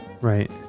Right